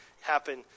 happen